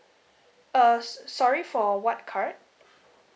uh so~ sorry for what card